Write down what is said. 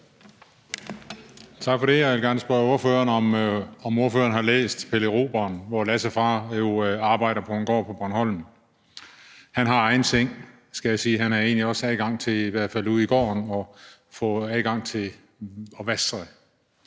Tak for det. Jeg vil gerne spørge ordføreren, om ordføreren har læst »Pelle Erobreren«, hvor Lassefar jo arbejder på en gård på Bornholm. Han har egen seng, skal jeg sige. Han har egentlig også adgang til, i hvert fald ude i gården, at vaske sig.